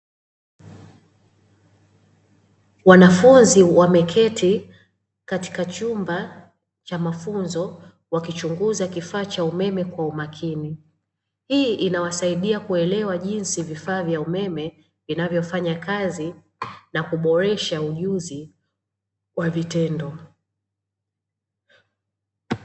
Wanafunzi wameketi katika chumba cha mafunzo wakichunguza kifaa cha umeme kwa umakini, hii inawasaidia kuelewa jinsi vifaa vya umeme vinavyofanya kazi na kuboresha ujuzi wa vitendo.